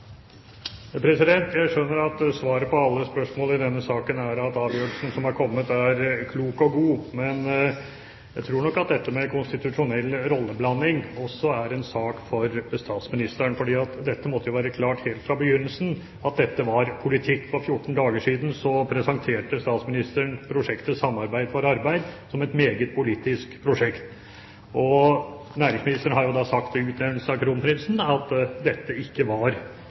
Jeg skjønner at svaret på alle spørsmål i denne saken er at avgjørelsen som er kommet, er klok og god. Men jeg tror nok at dette med konstitusjonell rolleblanding også er en sak for statsministeren, for det måtte jo være klart helt fra begynnelsen av at dette var politikk. For 14 dager siden presenterte statsministeren prosjektet Samarbeid for arbeid som et meget politisk prosjekt. Næringsministeren har sagt om utnevnelsen av kronprinsen at dette ikke var